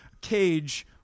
cage